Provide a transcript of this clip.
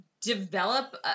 develop